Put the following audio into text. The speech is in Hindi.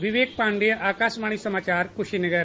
विवेक पाण्डे आकाशवाणी समाचार कुशीनगर